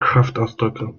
kraftausdrücke